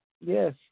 Yes